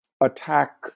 attack